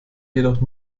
jedoch